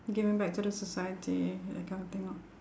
giving back to the society that kind of thing lor